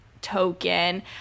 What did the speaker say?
token